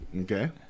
Okay